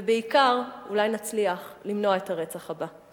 ובעיקר אולי נצליח למנוע את הרצח הבא.